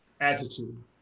attitude